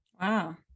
wow